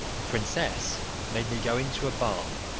the princess made me go into a bath,